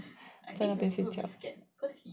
在那边睡觉